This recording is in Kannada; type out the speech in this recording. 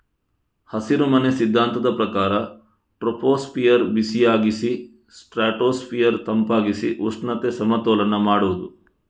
ಹಸಿರುಮನೆ ಸಿದ್ಧಾಂತದ ಪ್ರಕಾರ ಟ್ರೋಪೋಸ್ಫಿಯರ್ ಬಿಸಿಯಾಗಿಸಿ ಸ್ಟ್ರಾಟೋಸ್ಫಿಯರ್ ತಂಪಾಗಿಸಿ ಉಷ್ಣತೆ ಸಮತೋಲನ ಮಾಡುದು